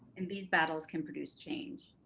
and these battles can produce change.